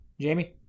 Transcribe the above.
Jamie